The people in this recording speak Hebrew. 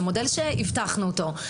זה מודל שהבטחנו אותו.